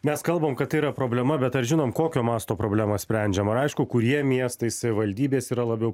mes kalbam kad yra problema bet ar žinome kokio masto problema sprendžiama ar aišku kurie miestai savivaldybės yra labiau